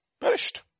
perished